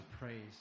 praise